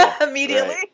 immediately